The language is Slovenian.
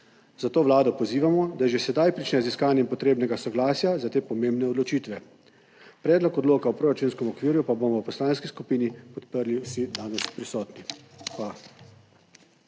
zato Vlado pozivamo, da že sedaj prične z iskanjem potrebnega soglasja za te pomembne odločitve. Predlog odloka o proračunskem okvirju pa bomo v poslanski skupini podprli vsi danes prisotni. Hvala.